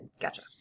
Gotcha